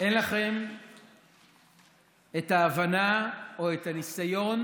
אין לכם את ההבנה או את הניסיון,